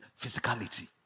physicality